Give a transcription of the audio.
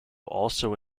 also